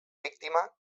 víctima